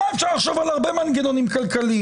היה אפשר לחשוב על הרבה מנגנונים כלכליים.